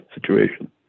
situation